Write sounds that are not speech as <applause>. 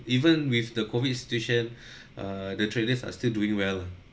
even with the COVID situation <breath> uh the traders are still doing well